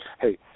hey